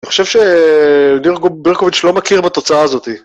אני חושב שברקוביץ׳ לא מכיר בתוצאה הזאת.